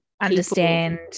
understand